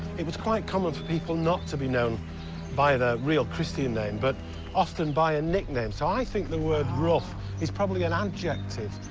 it was quite common for people not to be known by their real christian name but often by a nickname. so i think the word rough is probably an adjective.